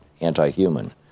anti-human